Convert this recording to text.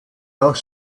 auch